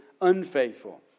unfaithful